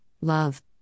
love